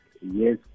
yes